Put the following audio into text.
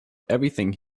everything